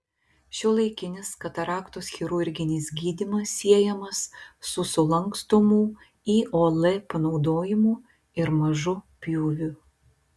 šiuolaikinis kataraktos chirurginis gydymas siejamas su sulankstomų iol panaudojimu ir mažu pjūviu